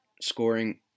scoring